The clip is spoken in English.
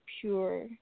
pure